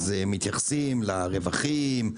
מתייחסים לרווחים,